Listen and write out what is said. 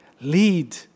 Lead